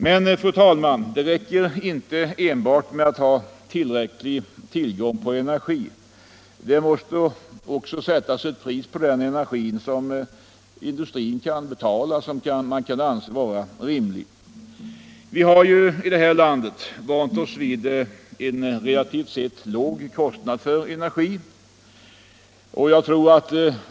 Men, fru talman, det räcker inte enbart med att ha tillräcklig tillgång på energi. Det måste också sättas ett pris på energin som kan anses vara rimligt och som industrin kan betala. Vi har i det här landet vant oss vid en relativt sett låg kostnad för energi.